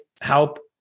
help